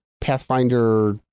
Pathfinder